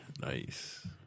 Nice